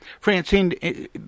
Francine